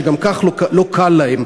כשגם כך לא קל להם.